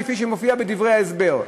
כפי שמופיע בדברי ההסבר.